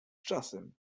czasem